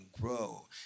grow